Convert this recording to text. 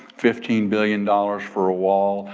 fifteen billion dollars for a wall,